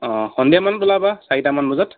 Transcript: অঁ সন্ধিয়া মানত ওলাবা চাৰিটামান বজাত